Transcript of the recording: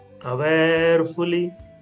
awarefully